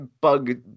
bug